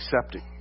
Accepting